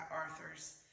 Arthur's